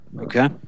Okay